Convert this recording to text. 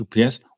UPS